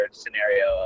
scenario